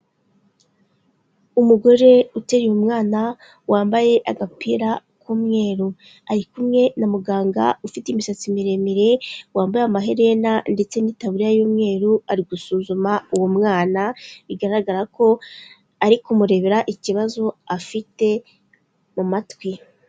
Umugore uteruye umwana wambaye agapira k'umweru, ari kumwe na muganga ufite imisatsi miremire, wambaye amaherena, ndetse n'itaburiya y'umweru ari gusuzuma uwo mwana, bigaragara ko ari kumurebera ikibazo afite mu matwi.